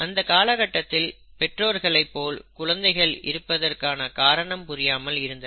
அந்த காலகட்டத்தில் பெற்றோர்களை போல் குழந்தைகள் இருப்பதற்கான காரணம் புரியாமல் இருந்தனர்